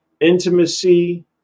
intimacy